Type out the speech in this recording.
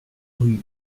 rue